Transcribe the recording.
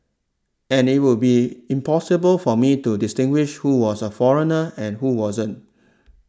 and it would been impossible for me to distinguish who was a foreigner and who wasn't